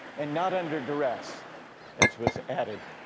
and not under duress as was added